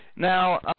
Now